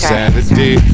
Saturday